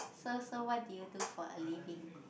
so so what did you do for a living